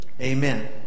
Amen